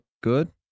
good